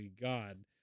God